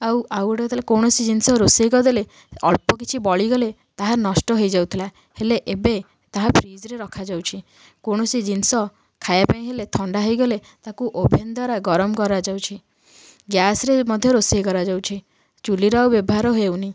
ଆଉ ଆଉ ଗୋଟେ କଥା ହେଲା କୌଣସି ଜିନିଷ ରୋଷେଇ କରିଦେଲେ ଅଳ୍ପ କିଛି ବଳିଗଲେ ତାହା ନଷ୍ଟ ହେଇଯାଉଥିଲା ହେଲେ ଏବେ ତାହା ଫ୍ରିଜ୍ରେ ରଖାଯାଉଛି କୌଣସି ଜିନିଷ ଖାଇବା ପାଇଁ ହେଲେ ଥଣ୍ଡା ହେଇଗଲେ ତାକୁ ଓଭେନ୍ ଦ୍ଵାରା ଗରମ କରାଯାଉଛି ଗ୍ୟାସରେ ମଧ୍ୟ ରୋଷେଇ କରାଯାଉଛି ଚୁଲିର ଆଉ ବ୍ୟବହାର ହେଉନି